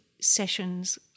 sessions